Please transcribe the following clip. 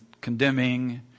condemning